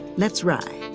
let's ride